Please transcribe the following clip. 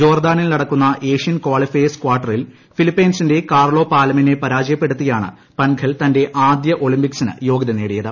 ജോർദാനിൽ നടക്കുന്ന Asian qualifiers കാർട്ടറിൽ ഫിലിപ്പിൻസിന്റെ കാർലോ പാലമിനെ പരാജയപ്പെടുത്തിയാണ് പൻഘൽ തന്റെ ആദ്യ ഒളിമ്പിക്സിന് യോഗ്യത നേടിയത്